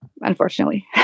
unfortunately